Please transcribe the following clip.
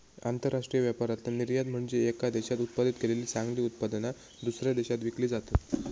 आंतरराष्ट्रीय व्यापारातला निर्यात म्हनजे येका देशात उत्पादित केलेली चांगली उत्पादना, दुसऱ्या देशात विकली जातत